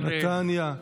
נתניה,